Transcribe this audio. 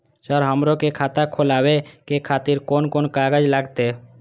Sir हमरो के खाता खोलावे के खातिर कोन कोन कागज लागते?